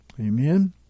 Amen